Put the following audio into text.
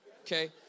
okay